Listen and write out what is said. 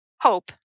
hope